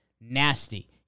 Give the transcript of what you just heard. nasty